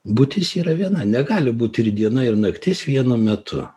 būtis yra viena negali būt ir diena ir naktis vienu metu